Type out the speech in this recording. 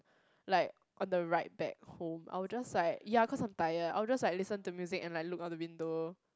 like on the ride back home I would just like ya cause I am tired I would just like listen to music and like look out the window